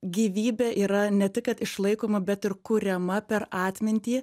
gyvybė yra ne tik kad išlaikoma bet ir kuriama per atmintį